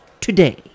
today